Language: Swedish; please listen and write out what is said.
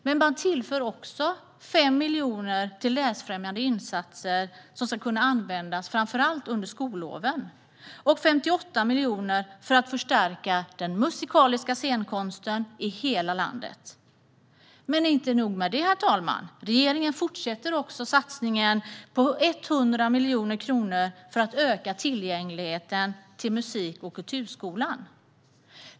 Man tillför också 5 miljoner till läsfrämjande insatser, framför allt under skolloven, och 58 miljoner för att förstärka den musikaliska scenkonsten i hela landet. Men det är inte nog med det, herr talman: Regeringen fortsätter satsningen på 100 miljoner kronor för att öka tillgängligheten till musik och kulturskolan.